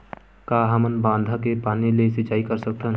का हमन बांधा के पानी ले सिंचाई कर सकथन?